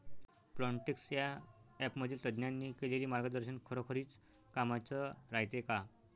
Plantix या ॲपमधील तज्ज्ञांनी केलेली मार्गदर्शन खरोखरीच कामाचं रायते का?